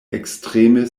ekstreme